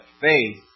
faith